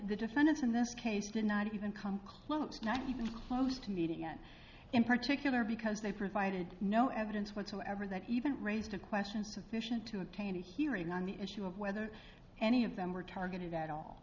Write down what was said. the defendants in this case did not even come close not even close to meeting it in particular because they provided no evidence whatsoever that even raised a question sufficient to obtain a hearing on the issue of whether any of them were targeted at all